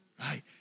right